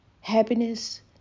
happiness